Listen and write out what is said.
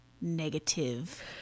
negative